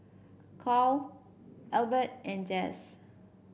Kwame Albert and Jess